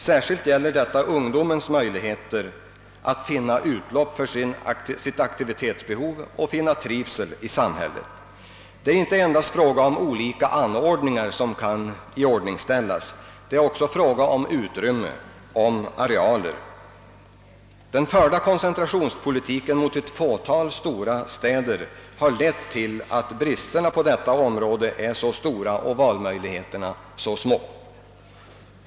Särskilt gäller detta ungdomens möjligheter att få utlopp för sitt aktivitetsbehov och finna trivsel i samhället. Det är inte endast fråga om olika anordningar som kan iordningställas — det är också fråga om utrymme, om arealer. Den förda koncentrationspolitiken mot ett fåtal stora städer har lett till att bristerna på detta område är stora och valmöjligheterna små.